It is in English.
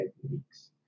techniques